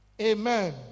Amen